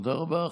תודה רבה.